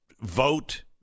vote